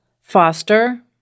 foster